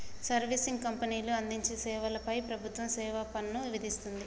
servicing కంపెనీలు అందించే సేవల పై ప్రభుత్వం సేవాపన్ను విధిస్తుంది